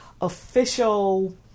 official